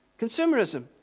Consumerism